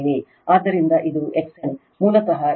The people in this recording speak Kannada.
ಆದ್ದರಿಂದ ಇದುXL XL ಮೂಲತಃ Lω R ಆಗಿದೆ